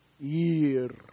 year